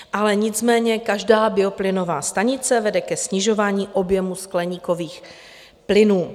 Ale nicméně každá bioplynová stanice vede ke snižování objemu skleníkových plynů.